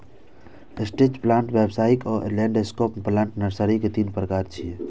stretch plant, व्यावसायिक आ landscape plant nursery के तीन प्रकार छियै